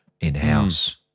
in-house